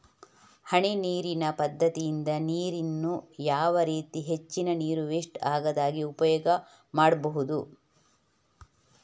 ಹನಿ ನೀರಿನ ಪದ್ಧತಿಯಿಂದ ನೀರಿನ್ನು ಯಾವ ರೀತಿ ಹೆಚ್ಚಿನ ನೀರು ವೆಸ್ಟ್ ಆಗದಾಗೆ ಉಪಯೋಗ ಮಾಡ್ಬಹುದು?